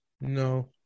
No